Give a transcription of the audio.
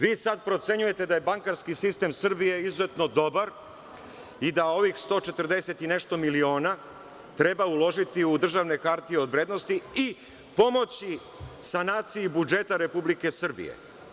Vi sada procenjujete da je bankarski sistem Srbije izuzetno dobar i da ovih 140 i nešto miliona treba uložiti u državne hartije od vrednosti i pomoći sanaciji budžeta Republike Srbije.